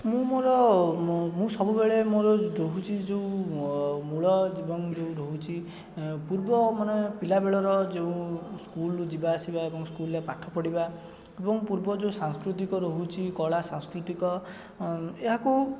ମୁଁ ମୋର ମୁଁ ମୁଁ ସବୁବେଳେ ମୋର ରହୁଛି ଯେଉଁ ମୂଳ ଜୀବନ ଯୋଉଁ ରହୁଛି ପୂର୍ବ ମାନେ ପିଲା ବେଳର ଯେଉଁ ସ୍କୁଲରୁ ଯିବା ଆସିବା ଏବଂ ସ୍କୁଲରେ ପାଠ ପଢ଼଼ିବା ଏବଂ ପୂର୍ବ ଯେଉଁ ସାଂସ୍କୃତିକ ରହୁଛି କଳା ସାଂସ୍କୃତିକ ଏହାକୁ